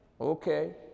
Okay